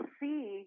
see